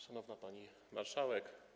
Szanowna Pani Marszałek!